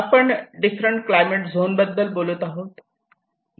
आपण different climate zone बद्दल बोलत आहोत